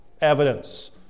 evidence